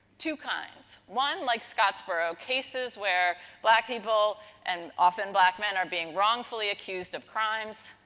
two kinds. one like scottsboro cases where black people and often black men are being wrongfully accused of crimes.